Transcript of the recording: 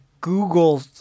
Google